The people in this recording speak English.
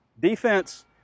defense